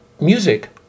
music